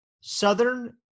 Southern